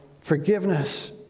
Forgiveness